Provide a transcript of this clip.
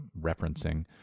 referencing